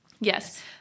Yes